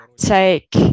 take